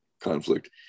conflict